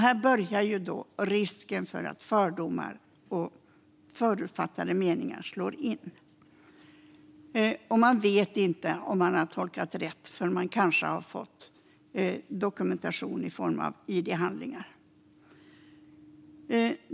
Här börjar risken för att fördomar och förutfattade meningar slår in, och man vet inte om man har tolkat rätt förrän man kanske har fått se dokumentation i form av id-handlingar.